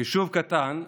חישוב קטן,